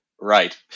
Right